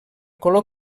color